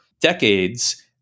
Decades